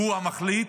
והוא המחליט.